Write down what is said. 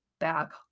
back